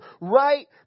right